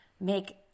make